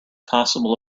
possible